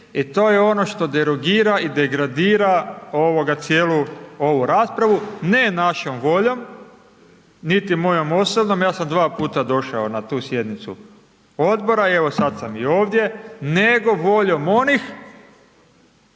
i to je ono što derogira i degradira cijelu ovu raspravu, ne našom voljom, niti mojom osobnom, ja sam dva puta došao na tu sjednicu odbora, evo sad sam i ovdje, nego voljom onih